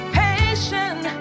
patient